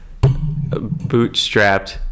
bootstrapped